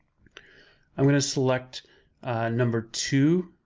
i'm gonna select number two,